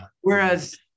Whereas